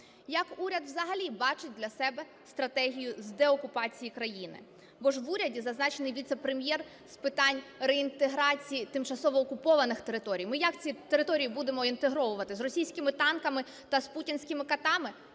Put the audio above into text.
Як уряд взагалі бачить для себе стратегію з деокупації країни? Бо ж в уряді зазначений віце-прем'єр з питань реінтеграції тимчасово окупованих територій. Ми як ці території будемо інтегровувати – з російськими танками та з путінськими катами?